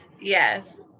Yes